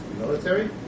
military